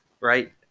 right